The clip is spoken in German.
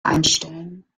einstellen